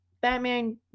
Batman